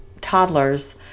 toddlers